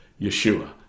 Yeshua